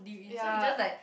ya